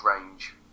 range